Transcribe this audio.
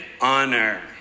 honor